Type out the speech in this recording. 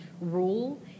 Rule